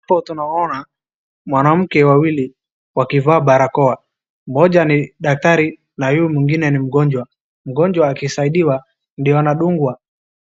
Hapo tunaona mwanamke wawili wakivaa barakoa, mmoja ni daktari na huyo mwingine ni mgonjwa, mgonjwa akisaidiwa ndio anadungwa,